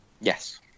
Yes